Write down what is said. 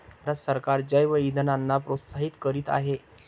भारत सरकार जैवइंधनांना प्रोत्साहित करीत आहे